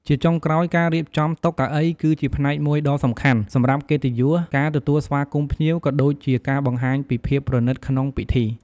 ជាចុងក្រោយការរៀបចំ តុកៅអី គឺជាផ្នែកមួយដ៏សំខាន់ សម្រាប់កិត្តិយសការទទួលស្វាគមន៍ភ្ញៀវ ក៏ដូចជាការបង្ហាញពីភាពប្រណិតក្នុងពិធី។